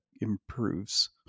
improves